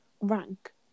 rank